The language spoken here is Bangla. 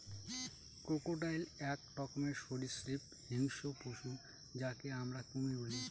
ক্রোকোডাইল এক রকমের সরীসৃপ হিংস্র পশু যাকে আমরা কুমির বলি